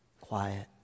quiet